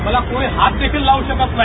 मला कोणी हात देखील लाव् शकत नाही